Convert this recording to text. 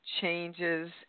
changes